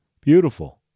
Beautiful